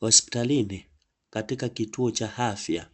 Hospitalini katika kituo cha afya,